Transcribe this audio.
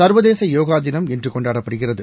சர்வதேச யோகா தினம் இன்று கொண்டாடப்படுகிறது